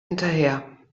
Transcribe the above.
hinterher